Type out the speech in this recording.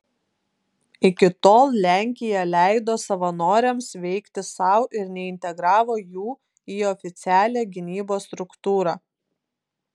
iki tol lenkija leido savanoriams veikti sau ir neintegravo jų į oficialią gynybos struktūrą